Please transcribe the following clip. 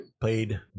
played